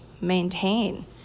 maintain